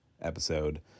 episode